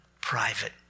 private